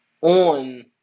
on